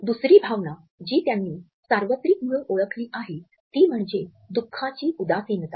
दुसरी भावना जी त्यांनी सार्वत्रिक म्हणून ओळखली आहे ती म्हणजे दुखाची उदासीनता